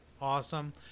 awesome